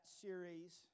series